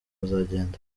bazagenda